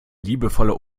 liebevoller